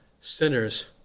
sinners